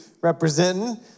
representing